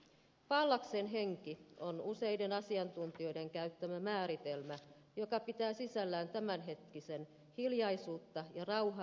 pallaksen henki on useiden asiantuntijoiden käyttämä määritelmä joka pitää sisällään tämänhetkisen hiljaisuutta ja rauhaa arvostavan luontomatkailun